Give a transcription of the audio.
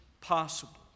possible